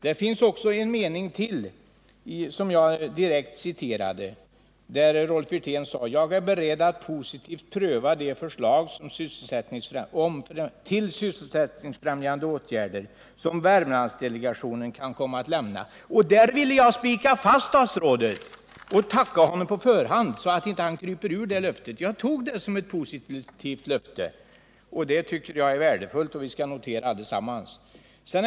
Jag citerar ytterligare en mening, i vilken Rolf Wirtén säger: ”Jag är beredd att positivt pröva de förslag till sysselsättningsfrämjande åtgärder som Värmlandsdelegationen kan komma att lämna.” Detta vill jag spika fast, herr statsråd, och tacka statsrådet på förhand så att statsrådet inte kryper ur det löftet. Jag tog det som ett positivt löfte och som något värdefullt som vi skall notera allesammans.